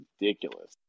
ridiculous